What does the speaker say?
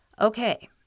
Okay